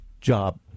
job